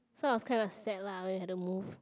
so I was kind of sad lah when we had to move